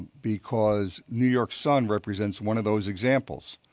because new york sun represents one of those examples,